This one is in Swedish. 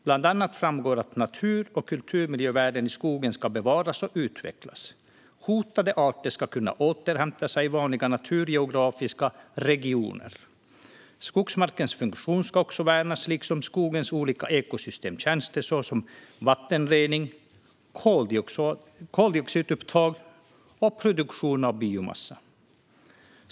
Bland annat framgår att natur och kulturmiljövärden i skogen ska bevaras och utvecklas. Hotade arter ska kunna återhämta sig i samtliga naturgeografiska regioner. Skogsmarkens funktion ska också värnas, liksom skogens olika ekosystemtjänster, såsom vattenrening, koldioxidupptag och produktion av biomassa.